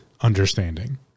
understanding